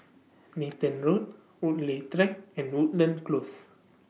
Nathan Road Woodleigh Track and Woodlands Close